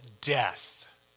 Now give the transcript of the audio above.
death